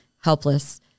helpless